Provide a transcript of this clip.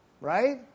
Right